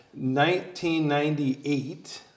1998